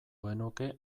genuke